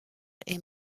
est